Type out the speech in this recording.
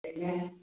Amen